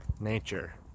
nature